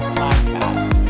podcast